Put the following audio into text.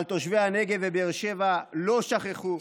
אבל תושבי הנגב ובאר שבע לא שכחו,